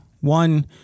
One